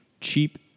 cheap